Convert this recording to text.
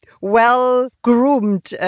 well-groomed